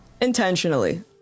intentionally